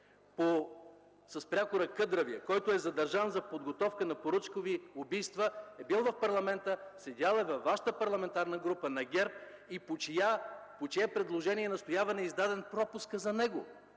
с прякора Къдравия, който е задържан в подготовка на поръчкови убийства, е бил в парламента, седял е във Вашата парламентарна група – на ГЕРБ, и по чие предложение и настояване е издаден пропуск за него?